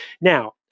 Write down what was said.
Now